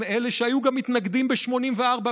הם אלה שהיו גם מתנגדים ב-1984 לאחדות,